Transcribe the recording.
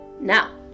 Now